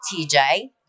TJ